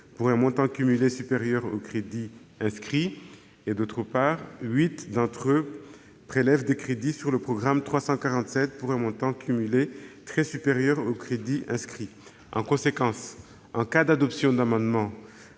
pour un montant cumulé supérieur aux crédits inscrits et, d'autre part, huit d'entre eux tendent à prélever des crédits sur le programme 347 pour un montant cumulé très supérieur aux crédits inscrits. En conséquence, en cas d'adoption d'amendements,